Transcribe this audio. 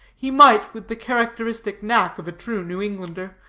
he might, with the characteristic knack of a true new-englander,